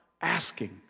asking